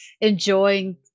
enjoying